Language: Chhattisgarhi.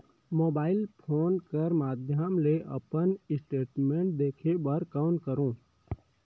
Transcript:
मोबाइल फोन कर माध्यम ले अपन स्टेटमेंट देखे बर कौन करों?